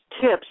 tips